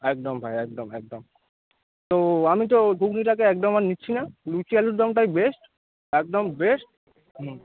একদম ভাই একদম একদম তো আমি তো ঘুগনিটাকে একদম আর নিচ্ছি না লুচি আলুরদমটাই বেস্ট একদম বেস্ট হুম